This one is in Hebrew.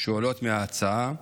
שעולות מההצעה: